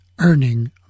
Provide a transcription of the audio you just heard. earning